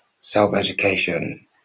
self-education